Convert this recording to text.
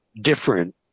different